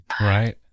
Right